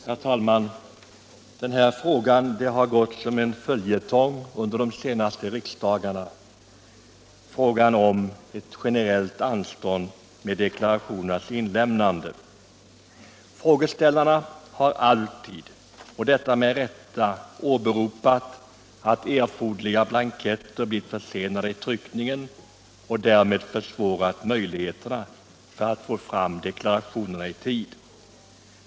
Herr talman! Frågan om ett generellt anstånd med deklarationernas inlämnande har blivit en följetong under de senaste riksdagarna. Frågeställarna har alltid, med rätta, åberopat att erforderliga blanketter blivit försenade i tryckningen, vilket gjort det svårt att få fram deklarationerna i tid.